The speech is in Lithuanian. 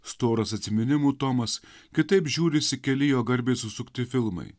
storas atsiminimų tomas kitaip žiūrisi keli jo garbei susukti filmai